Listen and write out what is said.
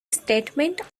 statement